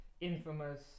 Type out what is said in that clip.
infamous